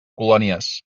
colònies